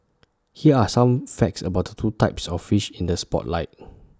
here are some facts about the two types of fish in the spotlight